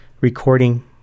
recording